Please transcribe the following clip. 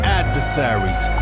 adversaries